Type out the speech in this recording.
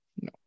No